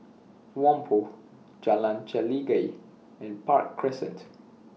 Whampoa Jalan Chelagi and Park Crescent